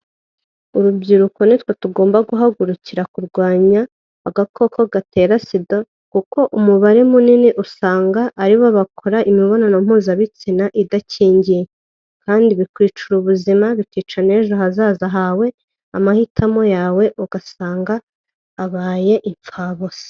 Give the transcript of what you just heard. Urubyiruko nitwe tugomba guhagurukira kurwanya agakoko gatera sida, kuko umubare munini usanga aribo bakora imibonano mpuzabitsina idakingiye, kandi bikwicira ubuzima bikica n'ejo hazaza hawe amahitamo yawe ugasanga abaye impfabusa.